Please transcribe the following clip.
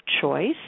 choice